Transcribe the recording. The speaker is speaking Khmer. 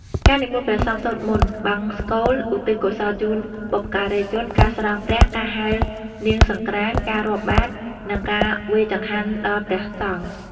ការនិមន្តព្រះសង្ឃសូត្រមន្ត បង្សុកូលឧទ្ទិសកុសលជូនបុព្វការីជន ការស្រង់ព្រះ ការហែរនាងសង្ក្រាន្ត ការរាប់បាត្រ និងការវេរចង្ហាន់ដល់ព្រះសង្ឃ។